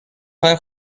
های